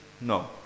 No